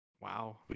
Wow